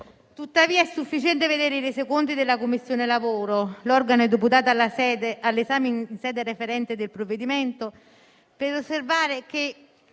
Tuttavia, è sufficiente vedere i resoconti della 11a Commissione, l'organo deputato all'esame in sede referente del provvedimento, per osservare -